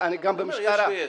כנראה שיש ויש.